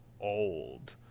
old